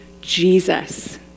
Jesus